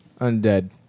undead